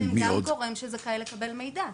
הם גורם שזכאי לקבל מידע.